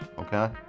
okay